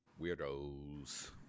weirdos